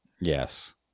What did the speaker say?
Yes